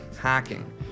hacking